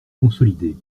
consolidée